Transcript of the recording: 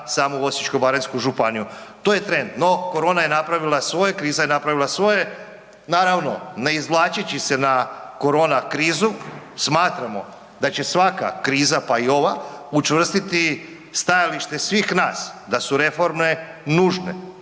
samo u Osječko-baranjsku županiju. To je trend, no korona je napravila svoje, kriza je napravila svoje. Naravno ne izvlačeći se na korona krizu smatramo da će svaka kriza, pa i ova učvrstiti stajalište svih nas da su reforme nužne.